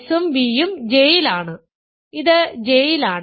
s ഉം v ഉം J യിലാണ് ഇത് J യിലാണ്